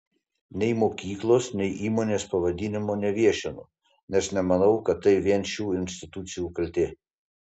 nei mokyklos nei įmonės pavadinimo neviešinu nes nemanau kad tai vien šių institucijų kaltė